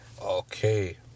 Okay